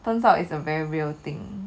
turns out is a very real thing